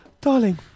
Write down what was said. Darling